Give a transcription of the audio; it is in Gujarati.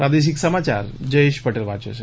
પ્રાદેશિક સમાચાર જયેશ પટેલ વાંચે છે